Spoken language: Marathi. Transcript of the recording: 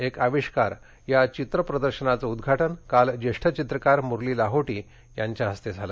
एक अविष्कार या चित्र प्रदर्शनाचं उद्घाटन काल ज्येष्ठ चित्रकार मुरली लाहोटी यांच्या हस्ते झालं